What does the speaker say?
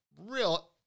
real